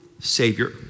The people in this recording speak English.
savior